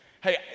Hey